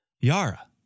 Yara